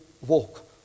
walk